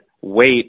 wait